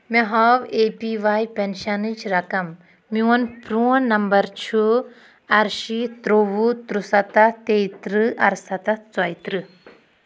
مےٚ ہاو A P Y پٮ۪نشَنٕچ رقم میون پرٛون نمبر چھُ اَرشیٖتھ ترٛووُہ ترُسَتَتھ تیٚیہِ تٕرٛہ اَرسَتتھ ژۄیہِ تٕرٛہ